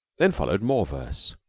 then followed more verse,